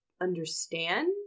understand